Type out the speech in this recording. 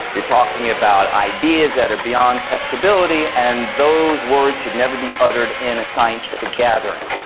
you're talking about ideas that are beyond testability, and those words should never be uttered in a scientific gathering.